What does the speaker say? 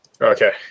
Okay